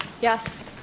Yes